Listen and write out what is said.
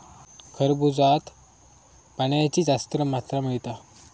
खरबूज्यात पाण्याची जास्त मात्रा मिळता